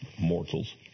mortals